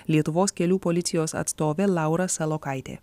lietuvos kelių policijos atstovė laura salokaitė